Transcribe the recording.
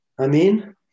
Amen